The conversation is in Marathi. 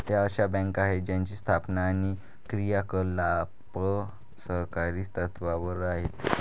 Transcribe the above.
त्या अशा बँका आहेत ज्यांची स्थापना आणि क्रियाकलाप सहकारी तत्त्वावर आहेत